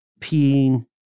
peeing